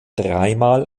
dreimal